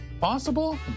possible